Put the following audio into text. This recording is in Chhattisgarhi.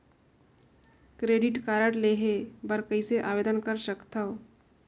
क्रेडिट कारड लेहे बर कइसे आवेदन कर सकथव?